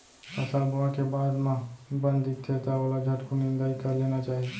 फसल बोए के बाद म बन दिखथे त ओला झटकुन निंदाई कर लेना चाही